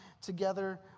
together